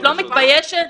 לא מתביישת?